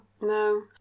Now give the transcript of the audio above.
No